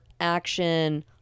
action